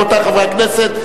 רבותי חברי הכנסת,